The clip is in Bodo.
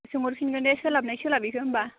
सोंहर फिनगोन दे सोलाबनाय सोलाबैखौ होनबा